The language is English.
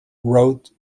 wrote